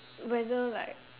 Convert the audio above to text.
whether like